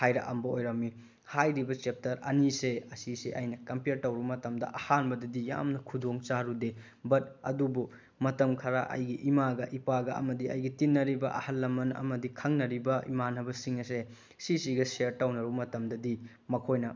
ꯍꯥꯏꯔꯛꯑꯝꯕ ꯑꯣꯏꯔꯝꯃꯤ ꯍꯥꯏꯔꯤꯕ ꯆꯦꯞꯇꯔ ꯑꯅꯤꯁꯦ ꯑꯁꯤꯁꯦ ꯑꯩꯅ ꯀꯝꯄꯤꯌꯔ ꯇꯧꯔꯨꯕ ꯃꯇꯝꯗ ꯑꯍꯥꯟꯕꯗꯗꯤ ꯌꯥꯝꯅ ꯈꯨꯗꯣꯡꯆꯥꯔꯨꯗꯦ ꯕꯠ ꯑꯗꯨꯕꯨ ꯃꯇꯝ ꯈꯔ ꯑꯩꯒꯤ ꯏꯃꯥꯒ ꯏꯄꯥꯒ ꯑꯃꯗꯤ ꯑꯩꯒꯤ ꯇꯤꯟꯅꯔꯤꯕ ꯑꯍꯜ ꯂꯃꯟ ꯑꯃꯗꯤ ꯈꯪꯅꯔꯤꯕ ꯏꯃꯥꯟꯅꯕꯁꯤꯡ ꯑꯁꯦ ꯁꯤꯁꯤꯒ ꯁꯤꯌꯥꯔ ꯇꯧꯅꯕ ꯃꯇꯝꯗꯗꯤ ꯃꯈꯣꯏꯅ